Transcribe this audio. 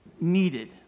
needed